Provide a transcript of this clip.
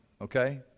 okay